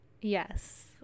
Yes